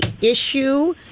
issue